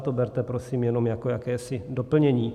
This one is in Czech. To berte prosím jenom jako jakési doplnění.